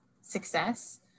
success